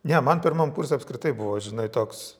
ne man pirmam kurse apskritai buvo žinai toks